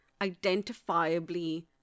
identifiably